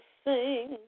sing